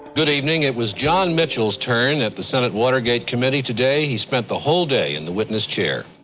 good evening, it was john mitchell's turn at the senate watergate committee today, he spent the whole day in the witness chair,